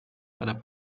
para